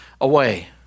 away